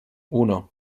uno